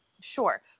sure